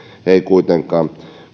kuitenkaan